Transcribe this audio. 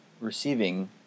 receiving